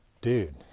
dude